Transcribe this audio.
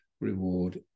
reward